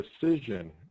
decision